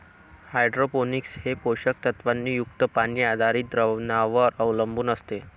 hydroponics हे पोषक तत्वांनी युक्त पाणी आधारित द्रावणांवर अवलंबून असते